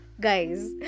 guys